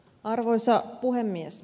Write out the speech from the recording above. arvoisa puhemies